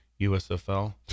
USFL